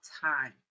time